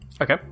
Okay